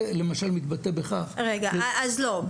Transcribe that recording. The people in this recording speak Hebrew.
זה למשל מתבטא בכך ש --- אז לא,